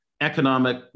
economic